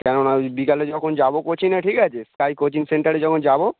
কেননা ওই বিকালে যখন যাব কোচিঙে ঠিক আছে স্কাই কোচিং সেন্টারে যখন যাব